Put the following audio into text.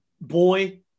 boy